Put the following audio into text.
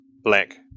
Black